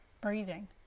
breathing